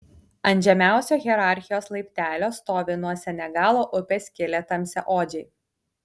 ant žemiausio hierarchijos laiptelio stovi nuo senegalo upės kilę tamsiaodžiai